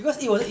mm